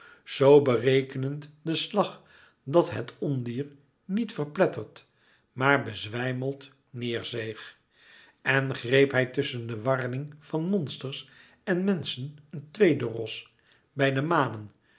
zoo berekenend den slag dat het ondier niet verpletterd maar bezwijmeld neêr zeeg en greep hij tusschen de warreling van monsters en menschen een tweede ros bij de manen